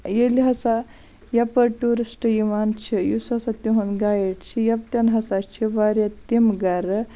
ییٚلہِ ہَسا یَپٲر ٹیورِسٹ یِوان چھِ یُس ہَسا تِہُنٛد گایِڈ چھُ ییٚتٮ۪ن ہَسا چھِ واریاہ تِم گَرٕ